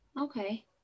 Okay